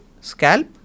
scalp